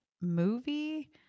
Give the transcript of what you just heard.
movie